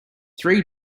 three